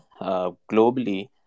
globally